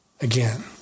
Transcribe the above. again